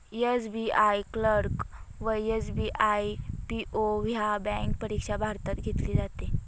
SBI clerk व SBI PO ह्या bank परीक्षा भारतात घेतली जाते